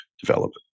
development